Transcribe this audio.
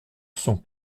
sont